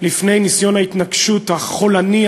לפני ניסיון ההתנקשות החולני,